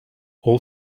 all